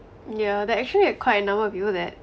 yeah there actually are quite a number of people that